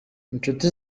inshuti